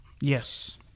Yes